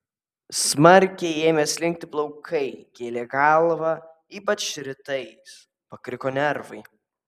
smarkiai ėmė slinkti plaukai gėlė galvą ypač rytais pakriko nervai